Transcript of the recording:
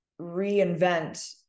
reinvent